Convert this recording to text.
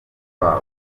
babo